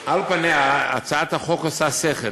על פניה, הצעת החוק עושה שכל,